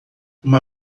uma